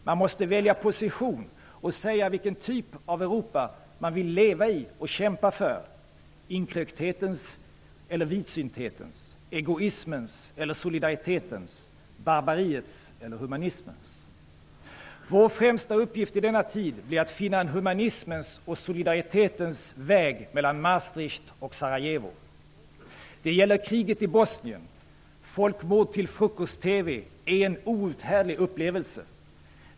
Man måste välja position och säga vilken typ av Europa man vill leva i och kämpa för -- inkrökthetens eller vidsynthetens, egoismens eller solidaritetens, barbariets eller humanismens. Vår främsta uppgift i denna tid blir att finna en humanismens och solidaritetens väg mellan Maastricht och Sarajevo. Det gäller kriget i Bosnien. Folkmord i frukost-TV är en outhärdlig upplevelse.